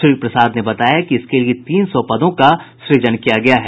श्री प्रसाद ने बताया कि इसके लिए तीन सौ पदों का सृजन किया गया है